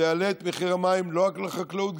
זה יעלה את מחיר המים לא רק לחקלאות,